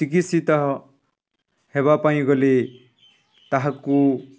ଚିକିତ୍ସିତ ହେବା ପାଇଁ ଗଲେ ତାହାକୁ